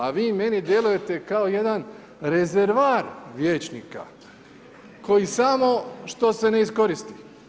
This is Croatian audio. A vi meni djelujete kao jedan rezervoar vijećnika koji samo što se ne iskoristi.